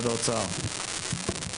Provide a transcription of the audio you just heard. משרד האוצר בבקשה.